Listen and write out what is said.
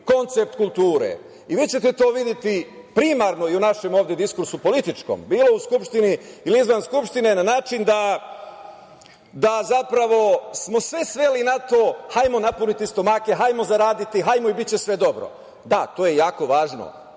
koncept kulture. Vi ćete to videti primarno i u našem ovde diskursu političkom, bilo u Skupštini ili izvan Skupštine, na način da zapravo smo sve sveli na to – hajmo napuniti stomake, hajmo zaraditi, hajmo i biće sve dobro. Da, to je jako važno.